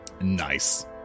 Nice